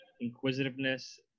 Inquisitiveness